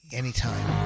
anytime